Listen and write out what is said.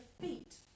feet